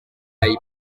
rey